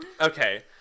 okay